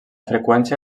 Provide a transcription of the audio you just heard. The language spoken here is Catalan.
freqüència